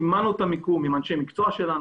סימנו את המיקום עם אנשי המקצוע שלנו.